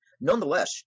Nonetheless